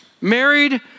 Married